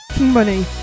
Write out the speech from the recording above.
money